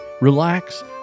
relax